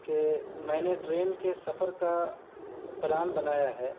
کہ میں نے ٹرین کے سفر کا پلان بنایا ہے